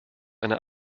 eine